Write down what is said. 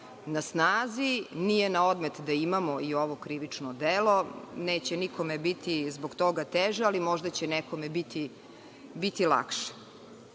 na snazi, nije na odmet da imamo i ovo krivično delo. Neće nikome biti zbog toga teže, ali možda će nekome biti